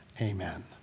amen